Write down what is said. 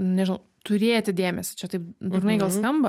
nežinau turėti dėmesį čia taip durnai gal skamba